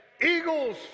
Eagles